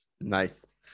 Nice